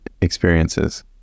experiences